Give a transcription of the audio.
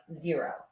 Zero